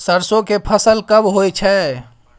सरसो के फसल कब होय छै?